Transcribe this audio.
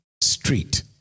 Street